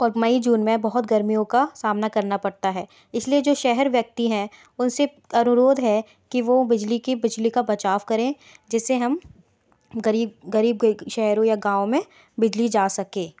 और मई जून में बहुत गर्मियों का सामना करना पड़ता है इसलिए जो शहर व्यक्ति है उनसे अनुरोध है कि वह बिजली की बिजली का बचाव करें जिससे हम गरीब गरीब के शहरों या गाँव में बिजली जा सके